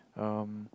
um